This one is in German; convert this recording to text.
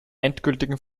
endgültigen